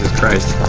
christ